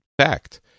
fact